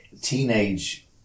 teenage